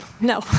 No